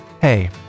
hey